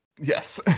Yes